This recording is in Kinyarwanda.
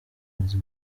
burezi